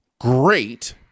great